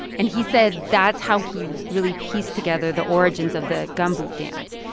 and he said that's how he really pieced together the origins of the gumboot dance.